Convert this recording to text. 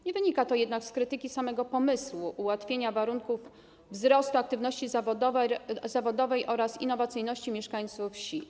Nie wynika to jednak z krytyki samego pomysłu ułatwienia warunków wzrostu aktywności zawodowej oraz innowacyjności mieszkańców wsi.